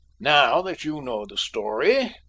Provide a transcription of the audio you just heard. now that you know the story,